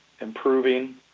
improving